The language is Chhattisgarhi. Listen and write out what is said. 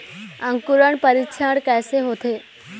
अंकुरण परीक्षण कैसे होथे?